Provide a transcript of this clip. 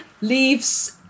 leaves